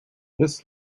this